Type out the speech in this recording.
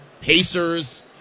Pacers